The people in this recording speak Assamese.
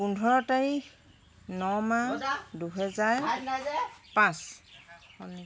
পোন্ধৰ তাৰিখ ন মাহ দুহেজাৰ পাঁচ